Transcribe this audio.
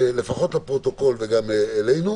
לפחות לפרוטוקול, וגם אלינו.